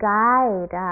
guide